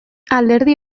alderdi